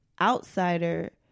outsider